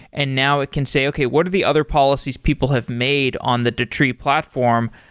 and now it can say, okay. what are the other policies people have made on the datree platform?